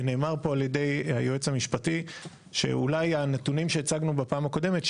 ונאמר פה על ידי היועץ המשפטי שאולי הנתונים שהצגנו בפעם הקודמת,